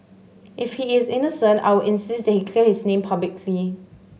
if he is innocent I will insist that he clear his name publicly